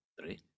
three